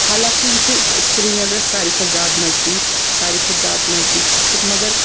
حالانٛکہِ یہِ چھُ سریٖنگرَس ساروی کھۄتہٕ زیادٕ نزدیٖک ساروی کھۄتہٕ زیادٕ نزدیٖک ڈِسٹِرٛک مگر